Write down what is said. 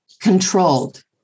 controlled